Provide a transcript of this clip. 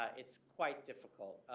it's quite difficult.